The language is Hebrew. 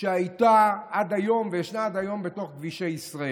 שהייתה עד היום וישנה עד היום בתוך כבישי ישראל.